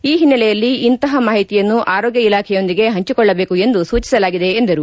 ಈ ಹಿನ್ನೆಲೆಯಲ್ಲಿ ಇಂತಹ ಮಾಹಿತಿಯನ್ನು ಆರೋಗ್ಯ ಇಲಾಖೆಯೊಂದಿಗೆ ಹಂಚಿಕೊಳ್ಳಬೇಕು ಎಂದು ಸೂಚಿಸಲಾಗಿದೆ ಎಂದರು